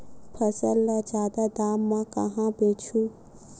फसल ल जादा दाम म कहां बेचहु?